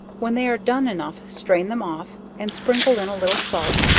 when they are done enough, strain them off, and sprinkle in a little salt,